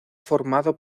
formado